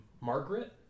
Margaret